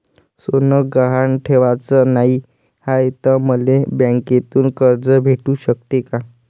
सोनं गहान ठेवाच नाही हाय, त मले बँकेतून कर्ज भेटू शकते का?